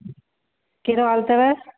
कहिड़ो हाल अथव